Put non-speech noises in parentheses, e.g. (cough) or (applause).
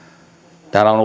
täällä on (unintelligible)